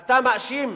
אתה מאשים.